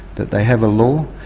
that they have a law,